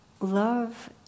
Love